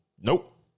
Nope